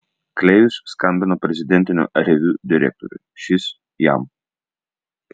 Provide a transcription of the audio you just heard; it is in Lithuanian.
klėjus skambino prezidentinio reviu direktoriui šis jam